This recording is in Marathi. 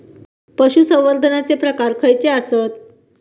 पशुसंवर्धनाचे प्रकार खयचे आसत?